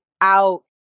out